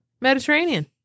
Mediterranean